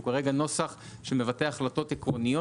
הוא כרגע נוסח שמבטא החלטות עקרוניות